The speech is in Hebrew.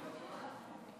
תודה רבה,